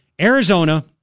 Arizona